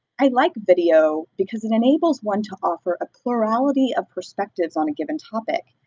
i like video because it enables one to offer a plurality of perspectives on a given topic.